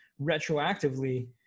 retroactively